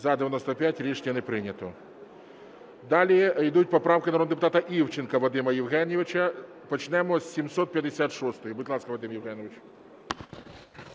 За-95 Рішення не прийнято. Далі йдуть поправки народного депутата Івченка Вадима Євгеновича. Почнемо з 756-ї. Будь ласка, Вадим Євгенович.